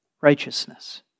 Righteousness